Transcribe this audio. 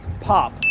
Pop